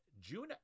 June